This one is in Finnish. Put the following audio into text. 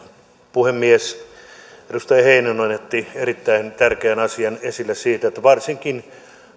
puhemies edustaja heinonen otti sen erittäin tärkeän asian esille että varsinkin